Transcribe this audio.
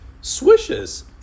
swishes